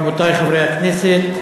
רבותי חברי הכנסת,